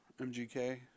MGK